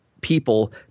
people